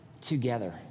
together